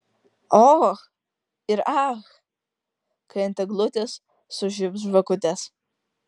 och ir ach kai ant eglutės sužibs žvakutės